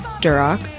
Duroc